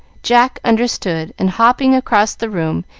jack understood, and, hopping across the room,